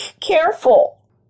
careful